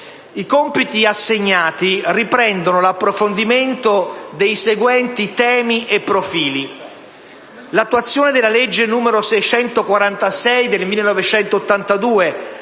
I compiti assegnati riprendono l'approfondimento dei seguenti temi e profili: l'attuazione della legge n. 646 del 1982